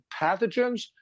pathogens